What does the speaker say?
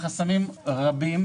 יש חסמים רבים,